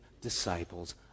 disciples